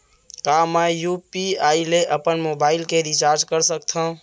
का मैं यू.पी.आई ले अपन मोबाइल के रिचार्ज कर सकथव?